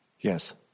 Yes